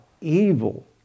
evil